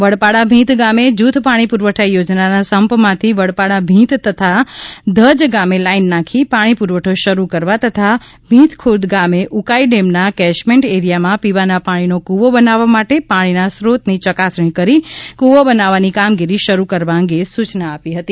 વડપાડાભીત ગામે જૂથ પાણી પુરવઠા યોજનાના સમ્પ માંથી વડપાડાભીત તથા ધજ ગામે લાઇન નાંખી પાણી પુરવઠો શરૂ કરવા તથા ર્ભીતખૂર્દ ગામે ઉકાઇ ડેમના કેચમેન્ટ એરિયામાં પીવાના પાણીનો કૂવો બનાવવા માટે પાણીના સ્રોતની ચકાસણી કરી કૂવો બનાવવાની કામગીરી શરૂ કરવા અંગે સૂચના આપી હતી